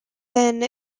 then